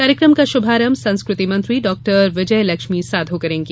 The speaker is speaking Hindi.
कार्यक्रम का श्भारंभ संस्कृति मंत्री डॉक्टर विजयलक्ष्मी साधौ करेंगी